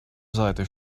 seite